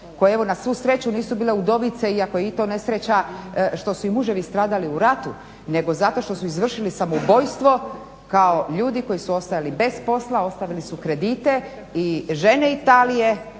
koje evo na svu sreću nisu bile udovice, iako je i to nesreća, što su im muževi stradali u ratu, nego zato što su izvršili samoubojstvo kao ljudi koji su ostajali bez posla, ostavili su kredite i žene Italije,